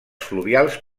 fluvials